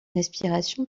respiration